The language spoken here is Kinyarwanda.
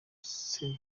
ese